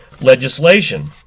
legislation